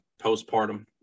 postpartum